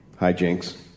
hijinks